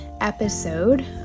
episode